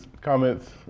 comments